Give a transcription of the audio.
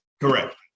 correct